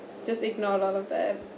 just ignore a lot of that